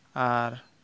ᱟᱨ